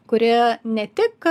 kuri ne tik